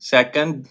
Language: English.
Second